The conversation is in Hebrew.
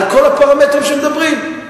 על כל הפרמטרים שמדברים עליהם.